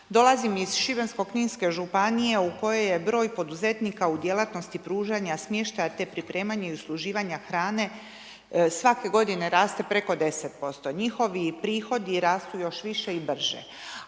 Dolazim iz Šibensko-kninske županije u kojoj je broj poduzetnika u djelatnosti pružanja smještaja te pripremanja i usluživanja hrane svake godine raste preko 10%. Njihovi prihodi rastu još više i brže,